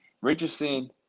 Richardson